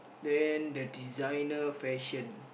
then the designer fashion